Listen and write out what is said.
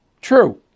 True